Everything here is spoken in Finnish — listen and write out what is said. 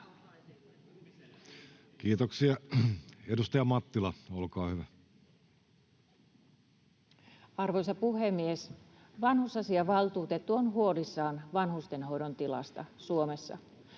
Kiuru sd) Time: 16:19 Content: Arvoisa puhemies! Vanhusasiavaltuutettu on huolissaan vanhustenhoidon tilasta Suomessa.